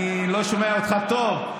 אני לא שומע אותך טוב.